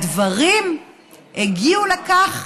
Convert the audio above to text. הדברים הגיעו לכך,